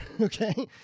okay